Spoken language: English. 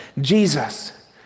Jesus